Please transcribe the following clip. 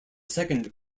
second